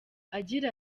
agira